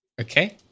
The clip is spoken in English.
okay